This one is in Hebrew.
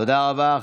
תודה רבה.